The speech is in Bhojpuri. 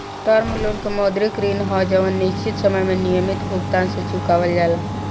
टर्म लोन के मौद्रिक ऋण ह जवन निश्चित समय में नियमित भुगतान से चुकावल जाला